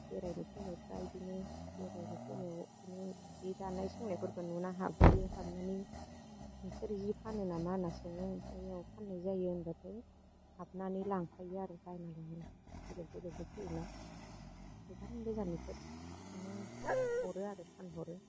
बेरायनो फैनायफ्रा इदिनो बेरायनो फैनायाव इदिनो जि दानाय सोंनायफोरखौ नुनानै हाबहैयो हाबनानै नोंसोर जि फानो नामा होनना सोङो ओमफ्राय औ फाननाय जायो होनब्लाथाय हाबनानै लांफायो आरो बायना लाङो बेलेग बेलेगनिफ्राय फैयोना गोजान गोजाननिफ्रो इदिनो हरो आरो फानहरो